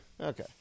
Okay